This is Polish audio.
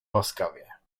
łaskawie